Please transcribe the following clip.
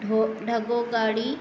ढो ढगो गाड़ी